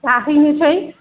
जाहैनोसै